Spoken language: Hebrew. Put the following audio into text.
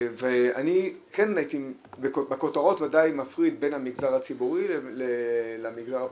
אני כן הייתי בכותרות בוודאי מפריד בין המגזר הציבורי למגזר הפרטי.